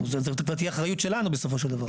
זאת תהיה אחריות שלנו בסופו של דבר.